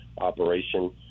operation